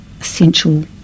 essential